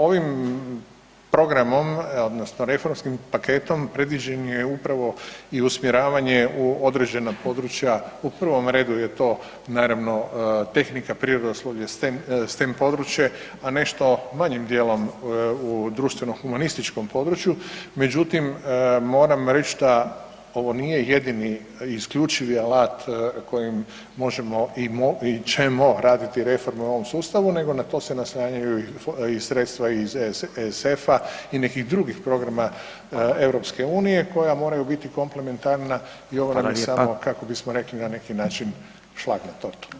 Ovim programom odnosno reformskim paketom, predviđeno je upravo i usmjeravanje u određena područja, u prvom redu je to naravno tehnika, prirodoslovlje, stem područje a nešto manjim djelom u društveno humanističkom području, međutim moram reći da ovo nije jedini i isključivi alat kojim možemo i ćemo raditi reforme u ovom sustavu nego na to naslanjaju i sredstva iz ESF-a i nekih drugih programa EU-a koja moraju biti komplementarna i ovo je samo kako bismo rekli na neki način, šlag na tortu.